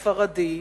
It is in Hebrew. הספרדי,